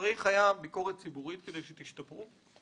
צריך היה ביקורת ציבורית כדי שתשתפרו?